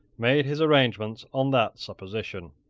made his arrangements on that supposition.